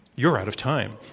you're out of time.